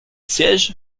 siège